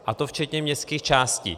A to včetně městských částí.